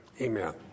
amen